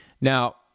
Now